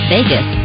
Vegas